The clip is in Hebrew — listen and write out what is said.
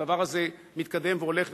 הדבר הזה מתקדם והולך,